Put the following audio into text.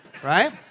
right